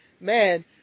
man